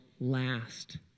last